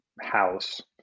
House